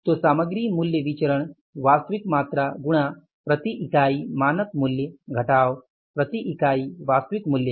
तो सामग्री मूल्य विचरण वास्तविक मात्रा गुणा प्रति इकाई मानक मूल्य घटाव प्रति इकाई वास्तविक मूल्य है